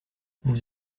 vous